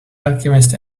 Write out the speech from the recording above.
alchemist